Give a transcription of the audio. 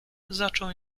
zaczął